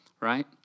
Right